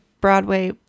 Broadway